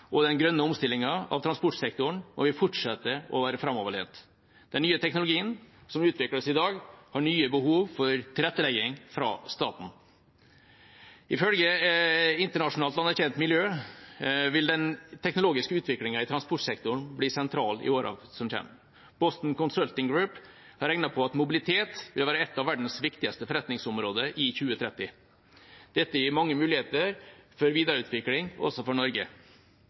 og den grønne omstillingen av transportsektoren, må vi fortsette å være framoverlent. Den nye teknologien som utvikles i dag, har nye behov for tilrettelegging fra staten. Ifølge internasjonalt anerkjente miljø vil den teknologiske utviklingen i transportsektoren bli sentral i årene som kommer. Boston Consulting Group har regnet på at mobilitet vil være et av verdens viktigste forretningsområder i 2030. Dette gir mange muligheter for videreutvikling også for Norge.